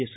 S